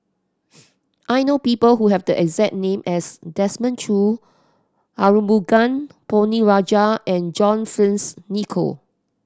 I know people who have the exact name as Desmond Choo Arumugam Ponnu Rajah and John Fearns Nicoll